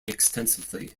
extensively